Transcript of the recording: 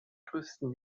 größten